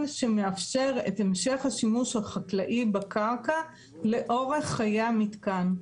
שמאפשר את המשך השימוש החקלאי בקרקע לאורך חיי המתקן".